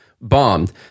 bombed